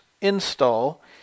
install